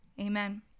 amen